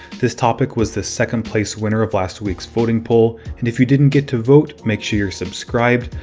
this topic was the second place winner of last weeks voting poll and if you didn't get to vote, make sure you're subscribed,